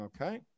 okay